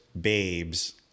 babes